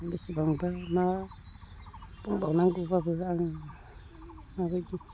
बेसेबांबा मा बुंबावनांगौब्लाबो आङो माबायदि